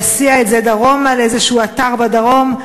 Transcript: להסיע את זה דרומה לאיזשהו אתר בדרום.